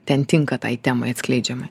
ten tinka tai temai atskleidžiamai